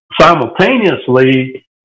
simultaneously